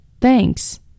Thanks